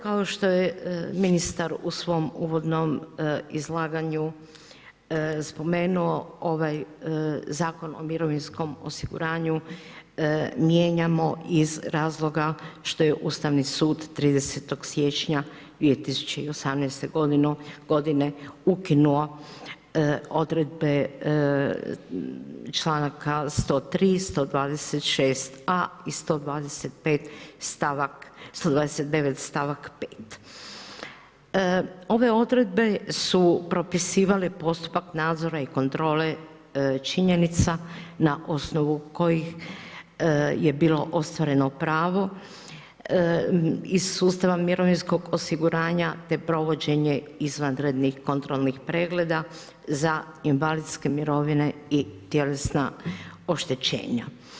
Kao što je ministar u svom u vodnom izlaganju spomenuo ovaj Zakon o mirovinskom osiguranju, mijenjamo iz razloga, što je Ustavni sud 30. siječnja 2018. g. ukinuo odredbe članaka 103., 126 a i 125. 129. stavak 5. Ove odredbe su propisivale postupak nadzora i kontrole činjenice na osnovu kojih je bilo ostvareno pravo iz sustava mirovinskog osiguranja te provođenje izvanrednih kontrolnih pregleda za invalidske mirovine i tijelesa oštećenja.